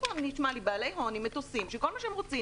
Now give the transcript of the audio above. נשמע לי שיש כאן בעלי הון עם מטוסים שכל מה שהם רוצים